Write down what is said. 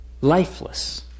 lifeless